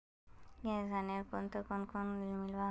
किसानेर केते कुन कुन लोन मिलवा सकोहो होबे?